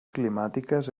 climàtiques